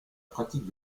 pratique